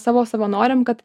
savo savanoriam kad